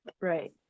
right